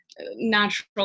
natural